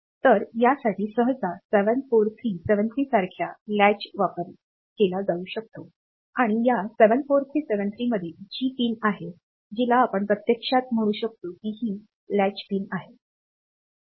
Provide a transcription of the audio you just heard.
तर यासाठी सहसा 74373 सारख्या कुंडीचा वापर केला जाऊ शकतो आणि या 74373 मध्ये G पिन आहे जीला आपण प्रत्यक्षात म्हणू शकतो की ही लॅच पिन आहे